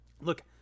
look